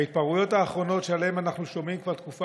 ההתפרעויות האחרונות שעליהן אנחנו שומעים כבר תקופה